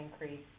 increase